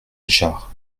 richard